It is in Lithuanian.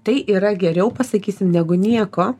tai yra geriau pasakysim negu nieko